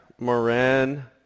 Moran